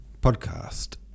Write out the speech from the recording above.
Podcast